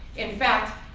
in fact,